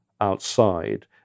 outside